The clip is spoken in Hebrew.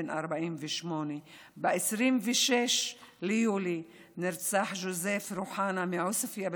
בן 48. ב-26 ביולי נרצח ג'וזף רוחאנה מעוספיא,